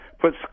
put